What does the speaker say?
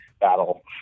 battle